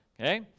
Okay